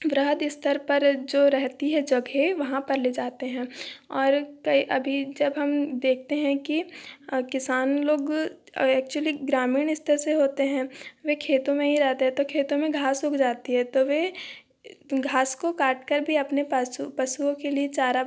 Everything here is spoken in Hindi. बृहद स्तर पर जो रहती है जगह वहाँ पर ले जाते हैं और कई अभी जब हम देखते हैं कि किसान लोग एक्चुली ग्रामीण स्तर से होते हैं वे खेतों में ही रहते हैं तो खेतों में घास उग जाती है तो वे घास को काटकर भी अपने पशु पशुओं के लिए चारा